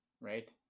right